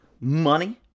money